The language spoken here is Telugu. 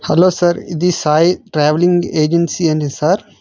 హలో సార్ ఇది సాయి ట్రావెలింగ్ ఏజెన్సీ అండి సార్